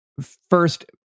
first